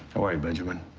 how are you, benjamin?